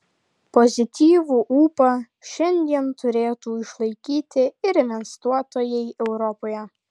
pozityvų ūpą šiandien turėtų išlaikyti ir investuotojai europoje